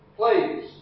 please